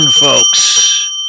folks